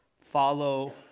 follow